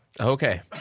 Okay